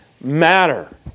matter